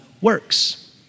works